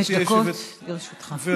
חמש דקות לרשותך.